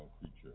creature